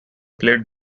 played